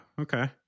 okay